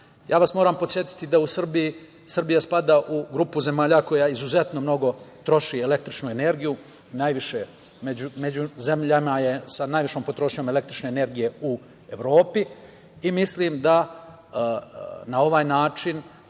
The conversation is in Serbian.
vas podsetiti da Srbija spada u grupu zemalja koja izuzetno mnogo troši električnu energiju, među zemljama je sa najvećom potrošnjom električne energije u Evropi. Mislim da na ovaj način